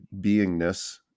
beingness